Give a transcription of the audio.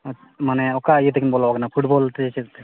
ᱢᱟᱱᱮ ᱚᱠᱟ ᱤᱭᱟᱹ ᱛᱮᱠᱤᱱ ᱵᱚᱞᱚ ᱟᱠᱟᱱᱟ ᱯᱷᱩᱴᱵᱚᱞ ᱛᱮ ᱥᱮ ᱪᱮᱫ ᱛᱮ